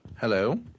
Hello